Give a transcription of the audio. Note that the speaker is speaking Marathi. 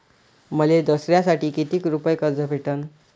मले दसऱ्यासाठी कितीक रुपये कर्ज भेटन?